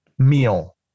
Meal